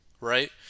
right